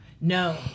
No